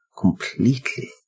completely